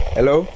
Hello